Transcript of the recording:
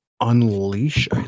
unleash